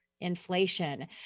inflation